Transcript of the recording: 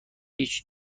هیچ